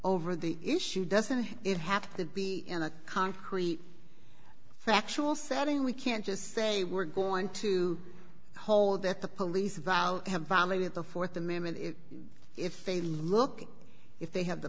over the issue doesn't it have to be in a concrete factual setting we can't just say we're going to hold that the police about have violated the th amendment if they look if they have the